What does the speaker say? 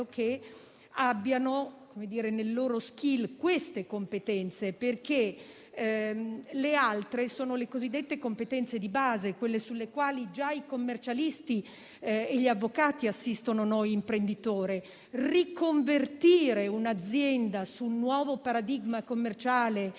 che abbiano nel loro *skill* queste competenze, perché le altre sono le cosiddette competenze di base, quelle sulla base delle quali i commercialisti e gli avvocati già assistono noi imprenditori. Riconvertire un'azienda su un nuovo paradigma commerciale,